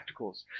practicals